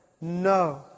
no